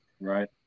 Right